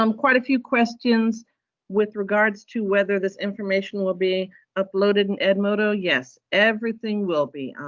um quite a few questions with regards to whether this information will be uploaded in edmodo. yes, everything will be.